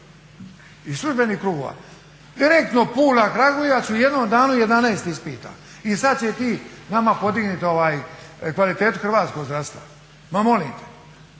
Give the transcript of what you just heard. iz službenih krugova. Direktno Pula – Kragujevac, u jednom danu 11 ispita. I sad će ti nama podignit kvalitetu hrvatskog zdravstva? Ma molim te!